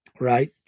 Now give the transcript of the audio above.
right